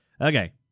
Okay